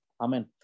Amen